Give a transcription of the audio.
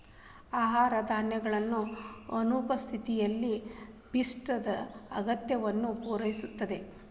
ಆಹಾರ ಧಾನ್ಯಗಳ ಅನುಪಸ್ಥಿತಿಯಲ್ಲಿ ಪಿಷ್ಟದ ಅಗತ್ಯವನ್ನು ಪೂರೈಸುತ್ತದೆ